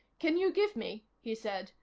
can you give me, he said,